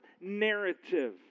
narrative